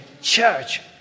church